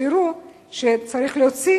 שיראו שצריך להוציא